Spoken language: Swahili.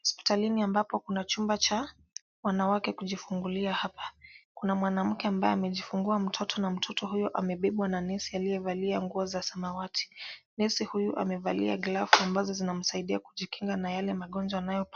Hospitalini ambapo kuna chumba cha wanawake kujifungulia hapa. Kuna mwanamke ambaye amejifungua mtoto na mtoto huyo amebebwa na nesi aliyevalia nguo za samawati. Nesi huyu amevalia glavu ambazo zinamsaidia kujikinga na yale magonjwa ambayo